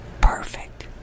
perfect